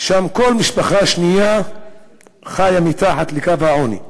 שם כל משפחה שנייה חיה מתחת לקו העוני,